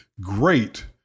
great